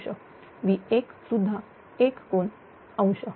V1 सुद्धा 1∠0°